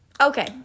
okay